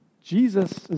Jesus